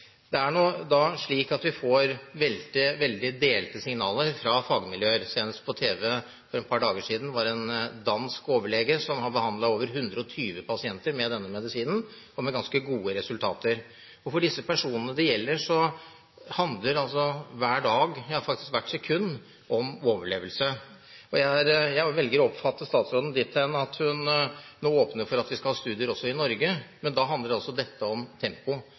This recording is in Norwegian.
Det er slik at vi får veldig delte signaler fra fagmiljøer. Det var på tv senest for et par dager siden en dansk overlege som har behandlet over 120 pasienter med denne medisinen, med ganske gode resultater. For de personene som dette gjelder, handler hver dag – ja, faktisk hvert sekund – om overlevelse. Jeg velger å oppfatte statsråden dit hen at hun nå åpner for at vi skal ha studier også i Norge, men da handler dette om tempo.